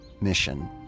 mission